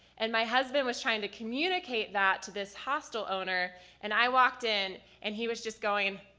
and my husband was trying to communicate that to this hostel owner and i walked in and he was just going,